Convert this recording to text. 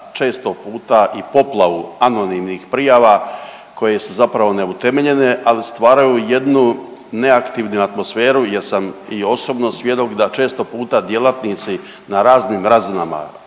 često puta i poplavu anonimnih prijava koje se zapravo neutemeljene, ali stvaraju jednu neaktivnu atmosferu jer sam i osobno svjedok da često puta djelatnici na raznim razinama,